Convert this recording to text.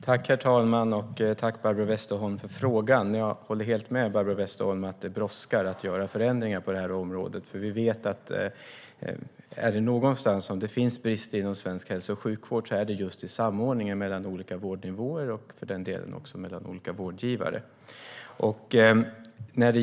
Herr talman! Tack, Barbro Westerholm, för frågan! Jag håller helt med Barbro Westerholm om att det brådskar att göra förändringar på det här området. Är det någonstans det finns brister inom svensk hälso och sjukvård är det just i samordningen mellan olika vårdnivåer och för den delen också mellan olika vårdgivare.